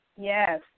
Yes